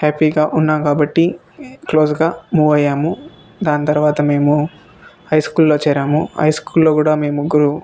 హ్యాపీగా ఉన్నాం కాబట్టి క్లోజుగా మూవ్ అయ్యాము దాని తర్వాత మేము హై స్కూల్లో చేరాము హై స్కూల్లో కూడా మేము ముగ్గురు